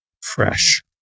fresh